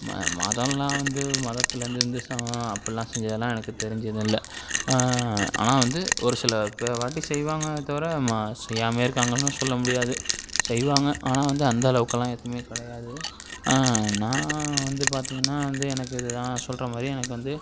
ம மதம்லாம் வந்து மதத்துலேந்து வந்து ச அப்புடில்லாம் செஞ்சதெல்லாம் எனக்கு தெரிஞ்சு எதுவும் இல்லை ஆனால் வந்து ஒரு சில ப வாட்டி செய்வாங்களே தவிர ம செய்யாமே இருக்காங்கன்னு சொல்ல முடியாது செய்வாங்க ஆனால் வந்து அந்தளவுக்குல்லாம் எதுவுமே கிடையாது ஆனால் நான் வந்து பார்த்தீங்கன்னா வந்து எனக்கு இது தான் சொல்லுற மாதிரி எனக்கு வந்து